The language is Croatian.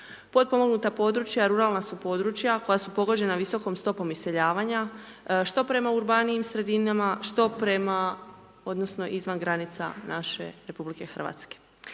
potpomognuta područja ruralna su područja koja su pogođena visokom stopom iseljavanja što prema urbanijim sredinama što prema odnosno izvan granica naše RH.